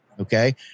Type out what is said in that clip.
okay